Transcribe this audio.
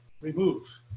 remove